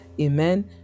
amen